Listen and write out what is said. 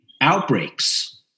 outbreaks